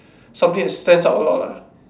something that stands out a lot lah